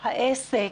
העסק,